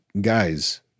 guys